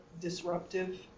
disruptive